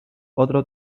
otro